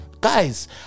Guys